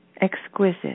Exquisite